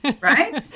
Right